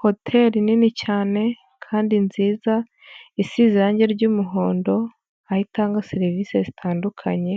Hoteri nini cyane kandi nziza, isize irangi ry'umuhondo, aho itanga serivisi zitandukanye,